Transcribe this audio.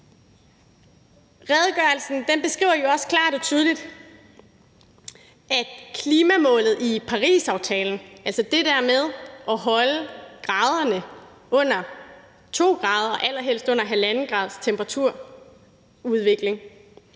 Redegørelsen beskriver jo også klart og tydeligt, at klimamålet i Parisaftalen, altså det der med at holde temperaturudviklingen under 2 grader og allerhelst under 1,5 grader, ikke